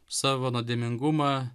savo nuodėmingumą